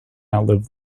outlive